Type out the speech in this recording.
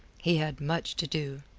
he had much to do.